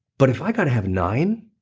but if i gotta have nine